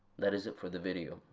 that is it for the video,